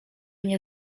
nie